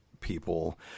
people